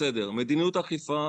מדיניות האכיפה,